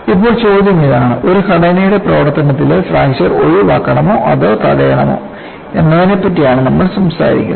ഇപ്പോൾ ചോദ്യം ഇതാണ് ഒരു ഘടനയുടെ പ്രവർത്തനത്തിലെ ഫ്രാക്ചർ ഒഴിവാക്കണമോ അതോ തടയണമോ എന്നതിനെപ്പറ്റിയാണു നമ്മൾ സംസാരിക്കുന്നത്